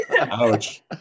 Ouch